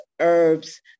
herbs